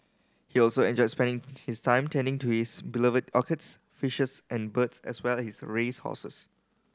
he also enjoyed spending his time tending to his beloved orchids fishes and birds as well as his race horses